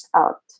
out